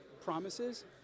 promises